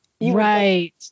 Right